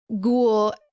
ghoul